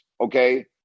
okay